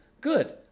good